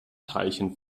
teilchen